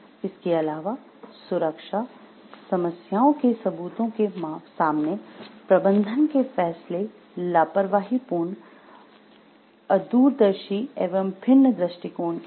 इसके अलावा सुरक्षा समस्याओं के सबूतों के सामने प्रबंधन के फैसले लापरवाहीपूर्ण अदूरदर्शी एवं भिन्न दृष्टिकोण के थे